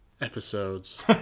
episodes